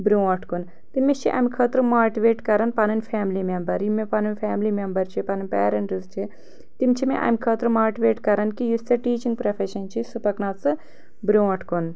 برٛونٛٹھ کُن تہٕ مےٚ چھِ امہِ خٲطرٕ ماٹویٹ کران پنٕنی فیملی میٚمبر یِم مےٚ پنٕنی فیملی میٚمبر چھِ پنٕنۍ پیرنٹٕس چھِ تِم چھِ مےٚ امہِ خٲطرٕ ماٹویٹ کران کہِ یُس ژےٚ ٹیٖچنٛگ پروفیشن چھ سُہ پکناو ژٕ برٛونٛٹھ کُن